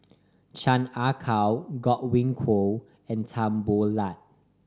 Chan Ah Kow Godwin Koay and Tan Boo Liat